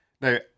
now